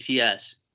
ATS